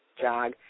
jog